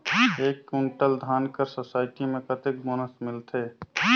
एक कुंटल धान कर सोसायटी मे कतेक बोनस मिलथे?